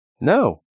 No